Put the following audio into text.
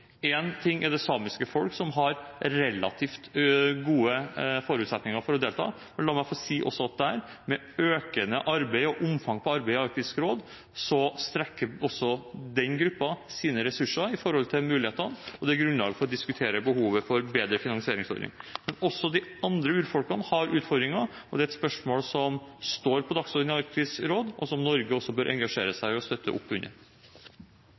ting er det samiske folk, som har relativt gode forutsetninger for å delta, men la meg få si at også der, med økende omfang av arbeidet i Arktisk råd, strekker den gruppen sine ressurser med hensyn til mulighetene, og det er grunnlag for å diskutere behovet for bedre finansieringsordning. Men også de andre urfolkene har utfordringer, og det er et spørsmål som står på dagsordenen i Arktisk råd, og som Norge også bør engasjere seg i og støtte opp under.